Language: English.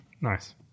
Nice